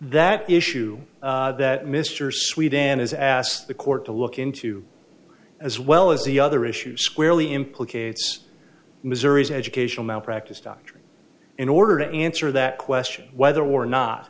that issue that mr sweden has asked the court to look into as well as the other issues squarely implicates missouri's educational malpractise doctrine in order to answer that question whether or not